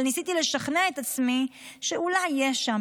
אבל ניסיתי לשכנע את עצמי שאולי יש שם,